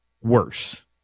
worse